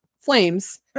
flames